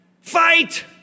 Fight